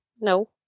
No